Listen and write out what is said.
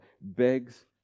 begs